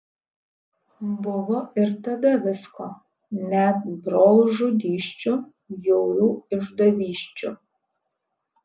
buvo ir tada visko net brolžudysčių bjaurių išdavysčių